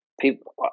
People